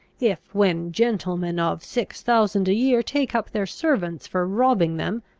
if, when gentlemen of six thousand a year take up their servants for robbing them,